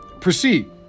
proceed